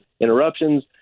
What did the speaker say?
interruptions